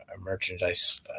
merchandise